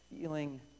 feeling